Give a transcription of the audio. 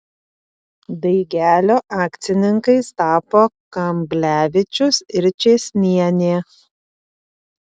daigelio akcininkais tapo kamblevičius ir čėsnienė